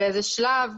באיזה שלב.